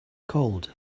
called